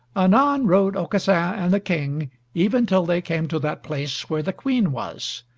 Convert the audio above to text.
anon rode aucassin and the king even till they came to that place where the queen was,